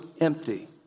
empty